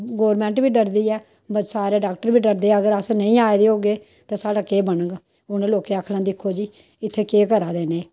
government बी डरदी ऐ सारे डाॅक्टर बी डरदे अगर अस निं आए दे होगे ते साढ़ा केह् बनग उ'नें लोकें आखना दिक्खो जी इत्थै केह् करा दे न एह्